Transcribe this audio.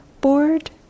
bored